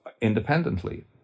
independently